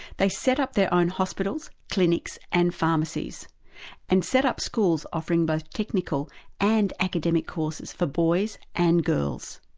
they set up their own hospitals, clinics and pharmacies and set up schools offering both technical and academic courses for boys and girls.